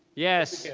yes. yeah